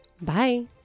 bye